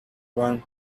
one